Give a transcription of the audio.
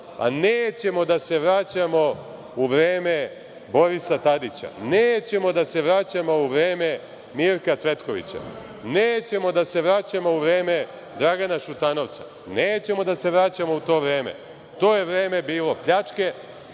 – nećemo da se vraćamo u vreme Borisa Tadića, nećemo da se vraćamo u vreme Mirka Cvetkovića, nećemo da se vraćamo u vreme Dragana Šutanovca, nećemo da se vraćamo u to vreme. To je vreme bilo pljačke,